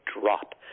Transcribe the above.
drop